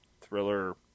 thriller